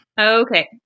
Okay